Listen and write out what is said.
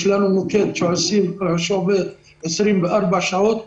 יש לנו מוקד שעובד 24 שעות ביממה.